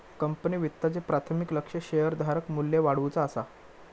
company वित्ताचे प्राथमिक लक्ष्य शेअरधारक मू्ल्य वाढवुचा असा